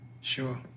Sure